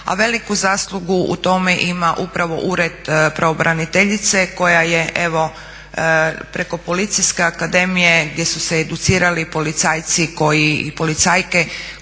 a veliku zaslugu u tome ima upravo Ured pravobraniteljice koja je evo preko Policijske akademije gdje su se educirali policajci i policajke